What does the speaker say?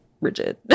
rigid